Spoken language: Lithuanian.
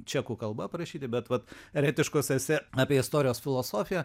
čekų kalba parašyti bet vat eretiškos esė apie istorijos filosofiją